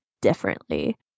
differently